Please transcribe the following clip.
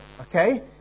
Okay